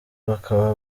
bakaba